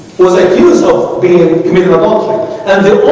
was accused of being minimal ah minimal and the